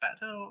better